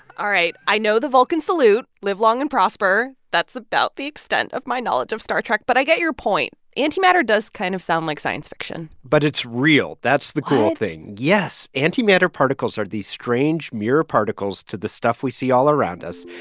all right, i know the vulcan salute live long and prosper. that's about the extent of my knowledge of star trek. but i get your point. antimatter does kind of sound like science fiction but it's real. that's the cool thing what? yes. antimatter particles are sort of these strange mirror particles to the stuff we see all around us.